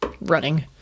running